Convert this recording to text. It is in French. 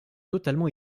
totalement